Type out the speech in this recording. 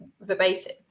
verbatim